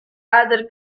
other